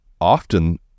often